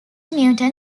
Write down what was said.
newton